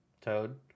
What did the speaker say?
Toad